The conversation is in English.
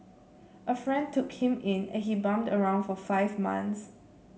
a friend took him in and he bummed around for five months